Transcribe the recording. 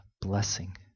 blessing